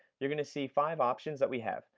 you're going to see five options that we have.